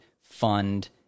fund